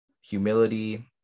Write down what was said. humility